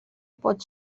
pot